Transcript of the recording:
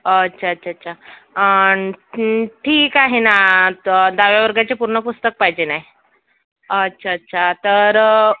अच्छा अच्छा अच्छा ठीक आहे ना तर दहाव्या वर्गाचे पूर्ण पुस्तक पाहिजेन आहे अच्छा अच्छा तर